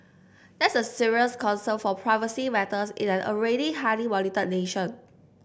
that's a serious concern for privacy matters in an already highly monitored nation